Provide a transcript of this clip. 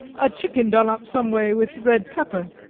a chicken done up some way with red pepper,